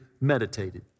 meditated